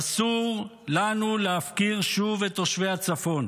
אסור לנו להפקיר שוב את תושבי הצפון.